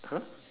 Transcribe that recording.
!huh!